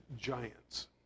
giants